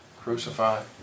crucified